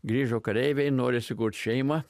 grįžo kareiviai nori sukurt šeimą